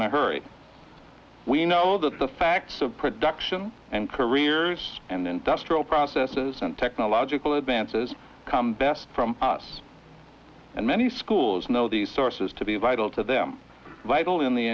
in a hurry we know the facts of production and careers and industrial processes and technological advances come best from us and many schools know these sources to be vital to them vital in the